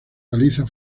paliza